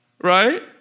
Right